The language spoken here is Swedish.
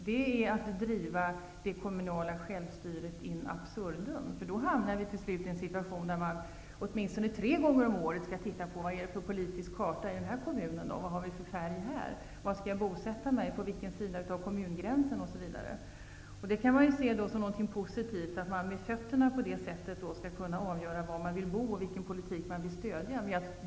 Det är att driva det kommunala självstyret in absurdum. Då hamnar vi till slut i en situation där medborgarna åtminstone tre gånger om året får lov att se efter vilken politisk karta det är som gäller i kommunen, vilken färg den har, och fundera över på vilken sida av kommungränsen man skall bosätta sig osv. Det kan ses som något positivt, att man med fötterna skall kunna avgöra vilken politik man vill stödja.